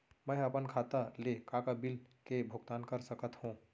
मैं ह अपन खाता ले का का बिल के भुगतान कर सकत हो